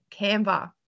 Canva